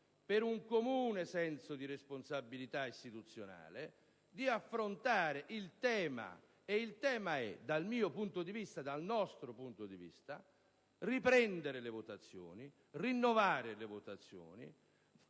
per un comune senso di responsabilità istituzionale, per affrontare il tema: e il tema è, dal nostro punto di vista, riprendere le votazioni, rinnovare le votazioni,